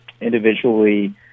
individually